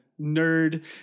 nerd